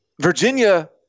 Virginia